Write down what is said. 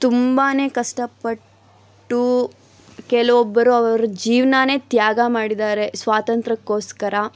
ತುಂಬಾ ಕಷ್ಟಪಟ್ಟು ಕೆಲವೊಬ್ಬರು ಅವ್ರ ಜೀವನನೇ ತ್ಯಾಗ ಮಾಡಿದ್ದಾರೆ ಸ್ವಾತಂತ್ರ್ಯಕ್ಕೋಸ್ಕರ